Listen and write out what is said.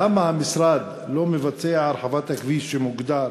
למה המשרד לא מבצע הרחבת כביש שמוגדר